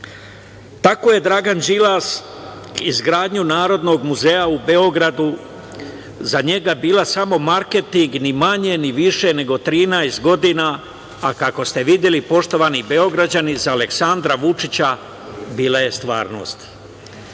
Tako je Draganu Đilasu izgradnja Narodnog muzeja u Beogradu za njega bila samo marketing ni manje ni više nego 13 godina, a kako ste videli, poštovani Beograđani, za Aleksandra Vučića bila je stvarnost. Tako